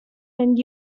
and